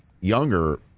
younger